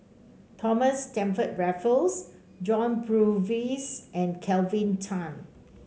Thomas Stamford Raffles John Purvis and Kelvin Tan